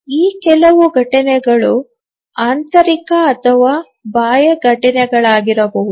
ಈ ಕೆಲವು ಘಟನೆಗಳು ಆಂತರಿಕ ಅಥವಾ ಬಾಹ್ಯ ಘಟನೆಗಳಾಗಿರಬಹುದು